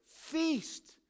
feast